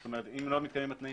זאת אומרת, אם לא מתקיימים התנאים